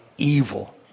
evil